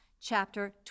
chapter